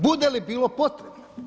Bude li bilo potrebe.